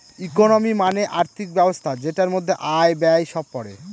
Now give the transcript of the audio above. economy মানে আর্থিক ব্যবস্থা যেটার মধ্যে আয়, ব্যয় সব পড়ে